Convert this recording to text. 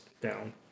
down